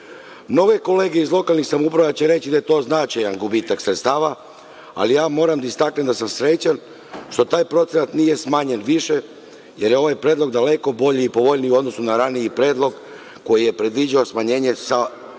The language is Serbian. kolege iz lokalnih samouprava će reći da je to značajan gubitak sredstava, ali ja moram da istaknem da sam srećan što taj procenat nije smanjen više, jer je ovaj predlog daleko bolji i povoljniji u odnosu na raniji predlog koji je predviđao smanjenje sa